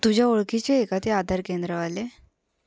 तुझ्या ओळखीचे आहे का ते आधार केंद्रवाले